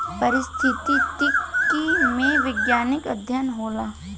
पारिस्थितिकी में वैज्ञानिक अध्ययन होला